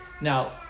Now